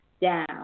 Down